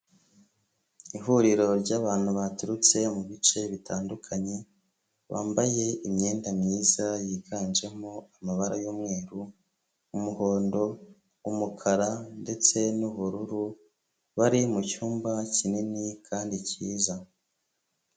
Ihuriro ry'abantu baturutse mu bice bitandukanye, bambaye imyenda myiza yiganjemo amabara y'umweru, umuhondo, umukara ndetse n'ubururu, bari mu cyumba kinini kandi cyiza.